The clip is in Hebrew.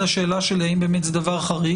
השאלה שלי היא האם זה באמת דבר חריג,